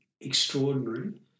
extraordinary